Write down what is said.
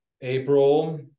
April